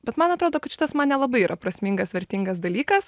bet man atrodo kad šitas man nelabai yra prasmingas vertingas dalykas